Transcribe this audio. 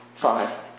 Five